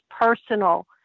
personal